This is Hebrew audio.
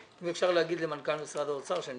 אם אפשר להגיד למנכ"ל משרד האוצר שאני